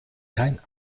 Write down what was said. kein